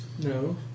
No